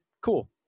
cool